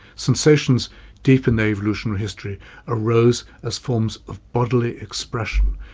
sensations deep in their evolutionary history arose as forms of bodily expression,